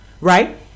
right